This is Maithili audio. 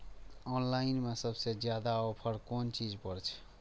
ऑनलाइन में सबसे ज्यादा ऑफर कोन चीज पर छे?